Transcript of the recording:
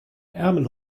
ärmel